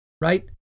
Right